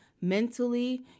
mentally